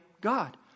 God